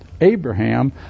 Abraham